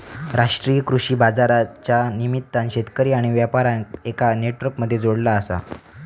राष्ट्रीय कृषि बाजारच्या निमित्तान शेतकरी आणि व्यापार्यांका एका नेटवर्क मध्ये जोडला आसा